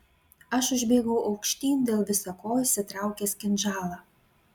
aš užbėgau aukštyn dėl visa ko išsitraukęs kinžalą